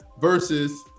versus